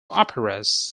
operas